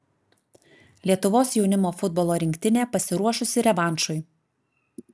lietuvos jaunimo futbolo rinktinė pasiruošusi revanšui